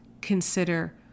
consider